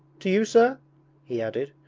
to you, sir he added,